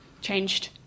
changed